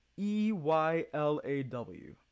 E-Y-L-A-W